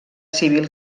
civil